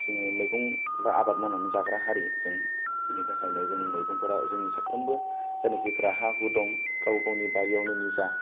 जोङो मैगं बा आबाद मावनानै जाग्रा हारि जों बेनि थाखायनो जों मैगंफोरा जोंनि साफ्रामबो जायनाखि फोरा हाहु दं गाव गावनि बारियावनो निजा